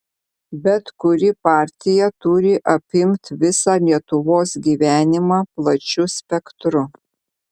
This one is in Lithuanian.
bet kuri partija turi apimt visą lietuvos gyvenimą plačiu spektru